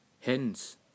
Hence